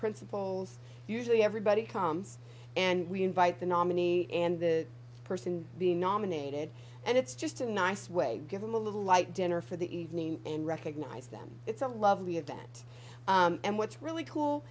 principals usually everybody comes and we invite the nominee and the person being nominated and it's just a nice way give them a little light dinner for the evening and recognise them it's a lovely event and what's really cool